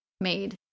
made